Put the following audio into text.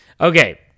Okay